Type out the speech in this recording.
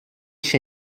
się